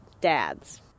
dads